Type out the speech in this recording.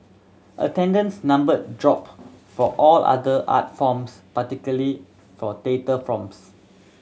attendance number dropped for all other art forms particularly for data forms